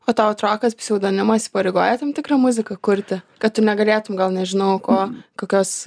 o tau atrodo kad pseudonimas įpareigoja tam tikrą muziką kurti kad tu negalėtum gal nežinau ko kokios